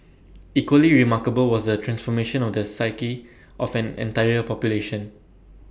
equally remarkable was the transformation of the psyche of an entire population